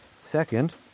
Second